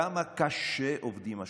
כמה קשה עובדים השופטים,